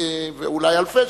אולי אלפי שנים,